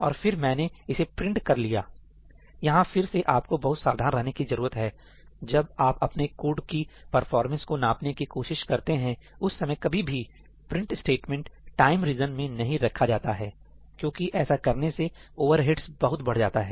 और फिर मैंने इसे प्रिंट कर लिया यहां फिर से आपको बहुत सावधान रहने की जरूरत है जब आप अपने कोड की परफॉर्मेंस को नापने की कोशिश करते हैं उस समय कभी भी प्रिंट स्टेटमेंट टाइम रीजन में नहीं रखा जाता है क्योंकि ऐसा करने से ओवरहेड्स बहुत बढ़ जाता है